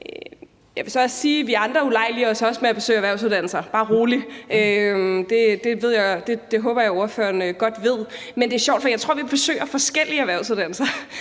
Jeg vil så også sige, at vi andre også ulejliger os med at besøge erhvervsuddannelser – bare rolig. Det håber jeg ordføreren godt ved. Men det er sjovt, for jeg tror, vi besøger forskellige erhvervsuddannelser.